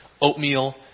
oatmeal